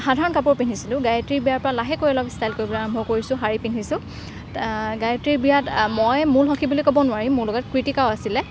সাধাৰণ কাপোৰ পিন্ধিছিলোঁ গায়ত্ৰীৰ বিয়াৰ পৰা লাহেকৈ ষ্টাইল কৰিব আৰম্ভ কৰিছোঁ শাড়ী পিন্ধিছোঁ গায়ত্ৰীৰ বিয়াত মই মূল সখী বুলি ক'ব নোৱাৰি মোৰ লগত কৃতিকাও আছিলে